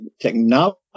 technology